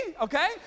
Okay